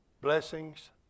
Blessings